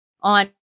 on